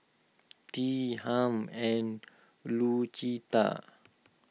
Tea Hamp and Lucetta